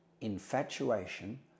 Infatuation